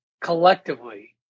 collectively